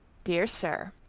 dear sir,